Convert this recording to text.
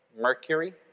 Mercury